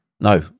No